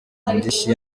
indishyi